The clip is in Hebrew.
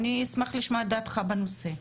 אני אשמח לשמוע את דעתך בנושא.